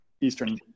Eastern